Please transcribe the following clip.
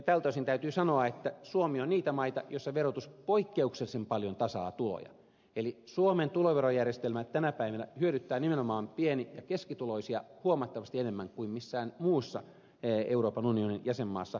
tältä osin täytyy sanoa että suomi on niitä maita joissa verotus poikkeuksellisen paljon tasaa tuloja eli suomen tuloverojärjestelmä tänä päivänä hyödyttää nimenomaan pieni ja keskituloisia huomattavasti enemmän kuin missään muussa euroopan unionin jäsenmaassa